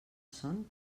son